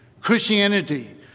Christianity